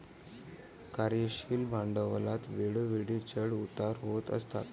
कार्यशील भांडवलात वेळोवेळी चढ उतार होत असतात